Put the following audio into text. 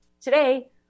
Today